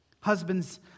husbands